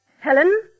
Helen